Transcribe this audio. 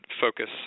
focus